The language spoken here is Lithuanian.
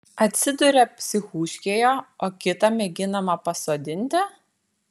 atsiduria psichuškėje o kitą mėginama pasodinti